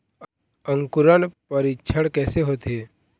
अंकुरण परीक्षण कैसे होथे?